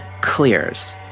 clears